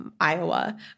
Iowa